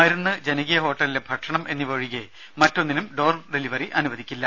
മരുന്ന് ജനകീയ ഹോട്ടലിലെ ഭക്ഷണം എന്നിവ ഒഴികെ മറ്റൊന്നിനും ഡോർഡെലിവറി അനുദവിക്കില്ല